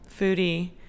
foodie